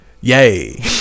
Yay